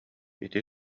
ити